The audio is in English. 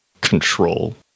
Control